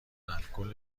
الکل